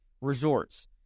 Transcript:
resorts